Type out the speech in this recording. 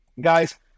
Guys